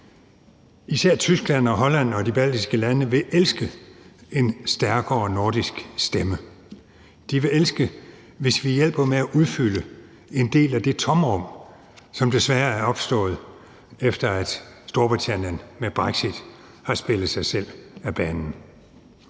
Især Tyskland og Holland og de baltiske lande vil elske en stærkere nordisk stemme. De vil elske, hvis vi hjælper med at udfylde en del af det tomrum, som desværre er opstået, efter at Storbritannien med brexit har spillet sig selv af banen.